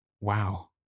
wow